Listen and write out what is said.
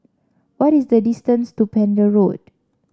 what is the distance to Pender Road